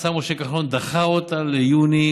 השר משה כחלון דחה אותה ליוני,